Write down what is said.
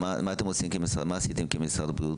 מה עשיתם כמשרד הבריאות?